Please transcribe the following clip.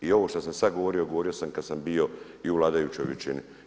I ovo što sam sad govorio, govorio sam kad sam bio i u vladajućoj većini.